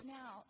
now